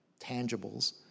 tangibles